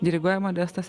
diriguoja modestas